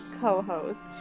co-host